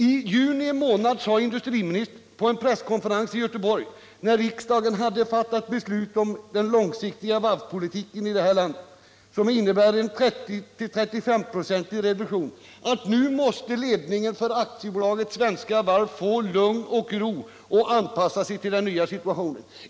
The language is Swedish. I juni månad, när riksdagen hade fattat beslut om den långsiktiga varvspolitiken i vårt land, vilken innebär en 30-35-procentig reduktion, sade industriministern på en presskonferens i Göteborg att nu måste ledningen för Svenska Varv AB få lugn och ro att anpassa sig till den nya situationen.